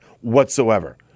whatsoever